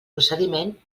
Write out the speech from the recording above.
procediment